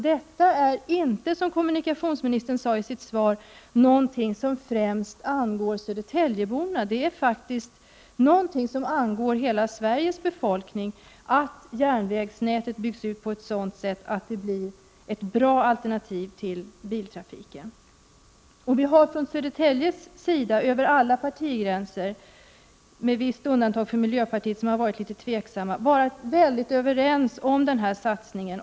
Detta är inte, vilket dock kommunikationsministern sade i sitt svar, något som främst angår Södertäljeborna. Det angår faktiskt hela Sveriges folk att järnvägsnätet byggs ut på ett sådant sätt att järnvägen blir ett bra alternativ till biltrafiken. I Södertälje har vi över alla partigränser — i viss mån med undantag av miljöpartiet, där man varit litet tveksam — varit synnerligen överens om den här satsningen.